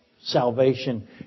salvation